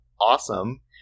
awesome